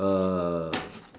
err